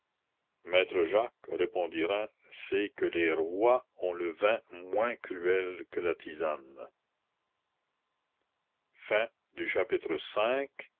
maître jacques répondit rym c'est que les rois ont le vin moins cruel que la tisane